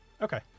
Okay